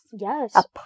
Yes